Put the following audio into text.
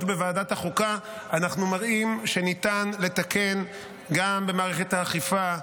בוועדת החוקה אנחנו מראים שניתן לתקן גם במערכת האכיפה,